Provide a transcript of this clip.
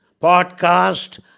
podcast